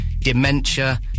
dementia